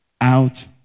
out